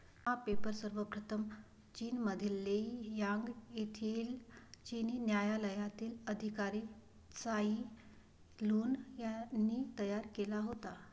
हा पेपर सर्वप्रथम चीनमधील लेई यांग येथील चिनी न्यायालयातील अधिकारी त्साई लुन यांनी तयार केला होता